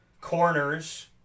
corners